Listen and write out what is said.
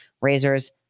razors